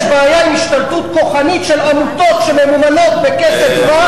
יש בעיה עם השתלטות כוחנית של עמותות שממומנות בכסף רב,